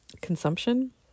consumption